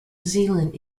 zealand